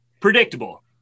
Predictable